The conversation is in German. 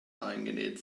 eingenäht